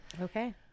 Okay